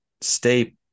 stay